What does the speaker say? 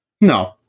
No